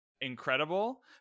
Incredible